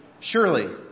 surely